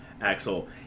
Axel